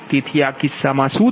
તેથી આ કિસ્સામાં આ શું થશે